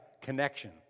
Connection